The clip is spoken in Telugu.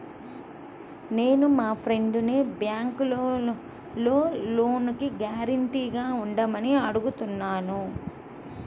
నేను మా ఫ్రెండ్సుని బ్యేంకులో లోనుకి గ్యారంటీగా ఉండమని అడుగుతున్నాను